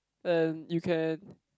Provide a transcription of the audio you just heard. and you can